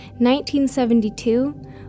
1972